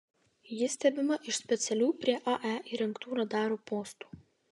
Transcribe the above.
ji stebima iš specialių prie ae įrengtų radarų postų